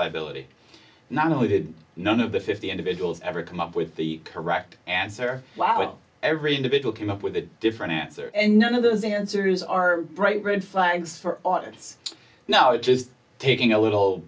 liability not only did none of the fifty individuals ever come up with the correct answer every individual came up with a different answer and none of those answers are bright red flags for audience now it's just taking a little